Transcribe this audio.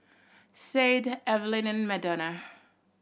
Sade Evelyn Madonna